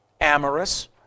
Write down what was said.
amorous